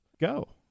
Go